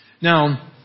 Now